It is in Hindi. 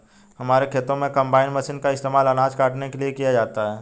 हमारे खेतों में कंबाइन मशीन का इस्तेमाल अनाज काटने के लिए किया जाता है